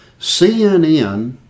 CNN